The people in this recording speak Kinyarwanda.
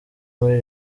muri